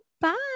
Bye